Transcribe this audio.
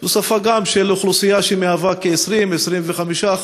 זו שפה של אוכלוסייה שהיא כ-20%, 25%,